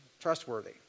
trustworthy